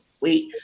wait